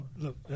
look